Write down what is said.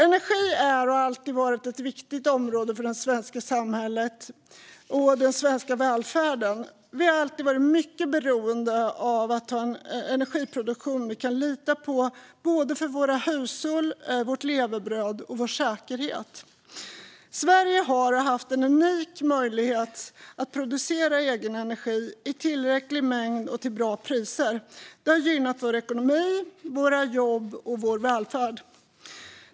Energi är och har alltid varit ett viktigt område för det svenska samhället och för den svenska välfärden. Vi har alltid varit mycket beroende av att ha en energiproduktion som vi kan lita på för våra hushåll, för vårt levebröd och för vår säkerhet. Sverige har och har haft en unik möjlighet att producera egen energi i tillräcklig mängd och till bra priser. Det har gynnat vår ekonomi, våra jobb och vår välfärd.